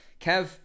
Kev